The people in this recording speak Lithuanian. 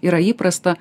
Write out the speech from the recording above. yra įprasta